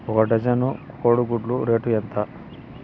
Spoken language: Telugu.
ఒక డజను కోడి గుడ్ల రేటు ఎంత?